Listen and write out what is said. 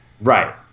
Right